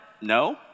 No